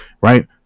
right